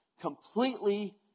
completely